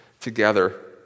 together